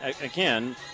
again